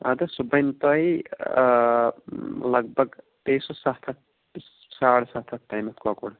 اَدٕ سُہ بَنہِ تۄہہِ لگ بگ پیٚیہِ سُہ سَتھ ہَتھ ساڑ سَتھ ہَتھ تام کۄکُر